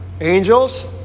angels